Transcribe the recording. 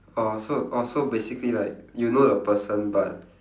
orh so orh so basically like you know the person but